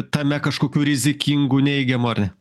tame kažkokių rizikingų neigiamų ar ne